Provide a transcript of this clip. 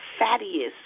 fattiest